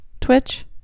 Twitch